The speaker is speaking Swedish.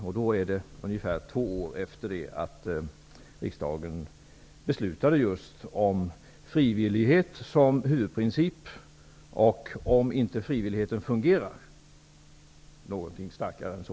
Då har det gått ungefär två år efter det att riksdagen beslutade om frivillighet som huvudprincip. Om inte frivilligheten fungerar, måste det ske något starkare än så.